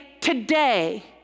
today